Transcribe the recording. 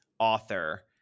author